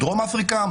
דרום אפריקה,